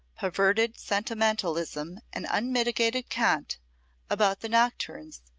perverted sentimentalism and unmitigated cant about the nocturnes,